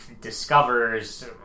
discovers